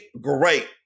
great